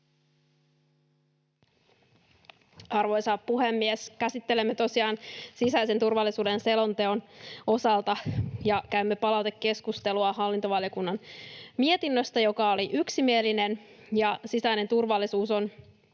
Arvoisa puhemies! Käsittelemme tosiaan sisäisen turvallisuuden selontekoa ja käymme palautekeskustelua hallintovaliokunnan mietinnöstä, joka oli yksimielinen. Sisäinen turvallisuus on